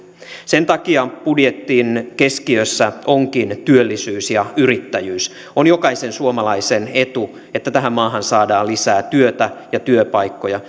sen takia budjetin keskiössä onkin työllisyys ja yrittäjyys on jokaisen suomalaisen etu että tähän maahan saadaan lisää työtä ja työpaikkoja